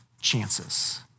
chances